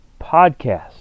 podcast